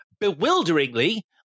bewilderingly